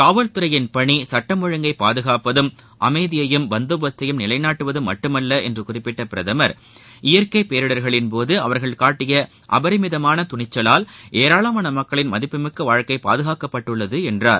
காவல்துறையின் பணி சட்டம் ஒழுங்கை பாதுகாப்பதும் அமைதியையும் பந்தோபஸ்தையும் நிலைநாட்டுவதும் மட்டுமல்ல என்று குறிப்பிட்ட பிரதமர் இயற்கை பேரிடர்களின்போது அவர்கள் காட்டிய அபரிமிதமான துணிச்சவால் ஏராளமான மக்களின் மதிப்புமிக்க வாழ்க்கை பாதுகாக்கப்பட்டுள்ளது என்றார்